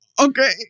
okay